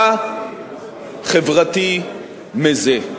מה חברתי מזה?